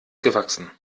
gewachsen